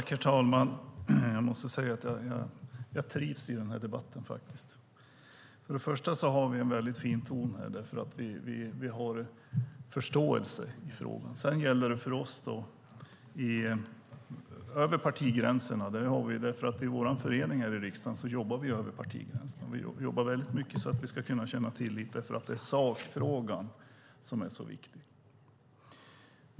Herr talman! Jag måste säga att jag trivs i den här debatten. Vi har en väldigt fin ton i den, för vi har förståelse i frågan. Sedan gäller det för oss att jobba över partigränserna, och i vår förening här i riksdagen jobbar vi över partigränserna. Vi jobbar väldigt mycket för att vi ska kunna känna till mer, för sakfrågan är så viktig.